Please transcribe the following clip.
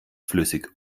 flüssig